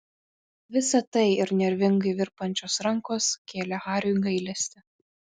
visa tai ir nervingai virpančios rankos kėlė hariui gailestį